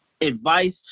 advice